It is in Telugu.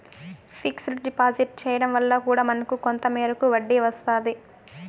ఫిక్స్డ్ డిపాజిట్ చేయడం వల్ల కూడా మనకు కొంత మేరకు వడ్డీ వస్తాది